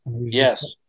Yes